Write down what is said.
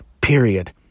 period